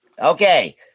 Okay